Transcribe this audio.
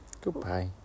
Goodbye